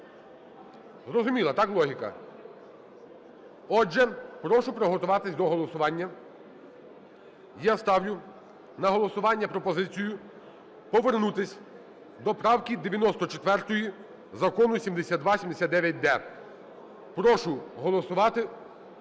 Зрозуміла – так? – логіка. Отже прошу приготуватися до голосування. Я ставлю на голосування пропозицію повернутися до правки 94 Закону 7279-д. Прошу голосувати,